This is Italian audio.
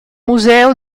museo